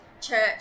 Church